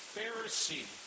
Pharisee